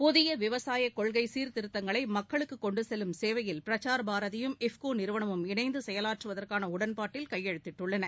புதிய விவசாய கொள்கை சீர்திருத்தங்களை மக்களுக்கு கொண்டு செல்லும் சேவையில் பிரசார் பாரதியும் இஃப்கோ நிறுவனமும் இணைந்து செயலாற்றுவதற்கான உடன்பாட்டில் கையெழுத்திட்டுள்ளன